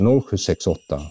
0768